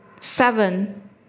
Seven